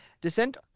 Descent